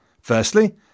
Firstly